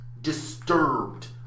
disturbed